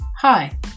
Hi